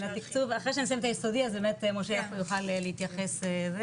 אחרי שנסיים את היסודי אז משה יוכל להתייחס.